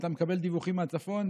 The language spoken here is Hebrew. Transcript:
אתה מקבל דיווחים שוטפים מהצפון,